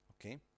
okay